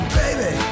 baby